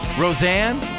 Roseanne